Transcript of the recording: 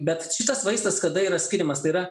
bet šitas vaistas kada yra skiriamas tai yra